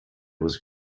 was